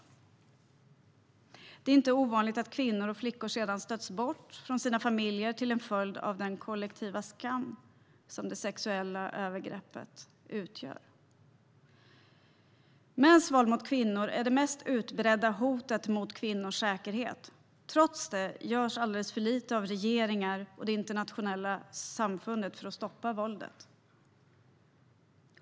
Och det är inte ovanligt att kvinnor och flickor sedan stöts bort från sina familjer till följd av den kollektiva skam som det sexuella övergreppet utgör. Mäns våld mot kvinnor är det mest utbredda hotet mot kvinnors säkerhet. Trots det görs alldeles för lite av regeringar och det internationella samfundet för att stoppa våldet.